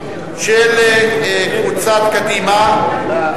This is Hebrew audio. וההצבעה הבאה